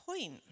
point